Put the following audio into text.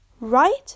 right